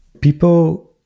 People